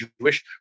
Jewish